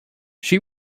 she